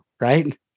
right